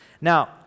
Now